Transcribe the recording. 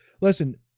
Listen